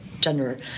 gender